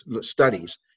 studies